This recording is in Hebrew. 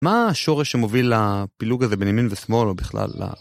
מה השורש שמוביל לפילוג הזה בין ימין ושמאל או בכלל?